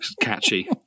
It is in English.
Catchy